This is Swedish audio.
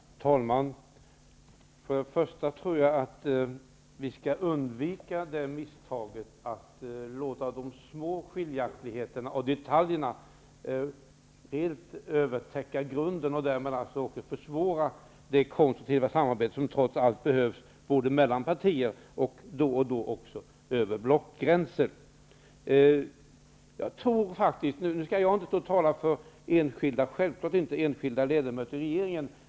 Herr talman! Jag tror att vi skall undvika misstaget att låta de små skiljaktigheterna och detaljerna helt skymma vad som är grundläggande, och därmed försvåra det konstruktiva samarbete som trots allt behövs mellan partier och då och då också över blockgränser. Nu skall jag självfallet inte stå och tala för enskilda ledamöter i regeringen.